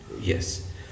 Yes